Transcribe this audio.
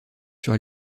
sur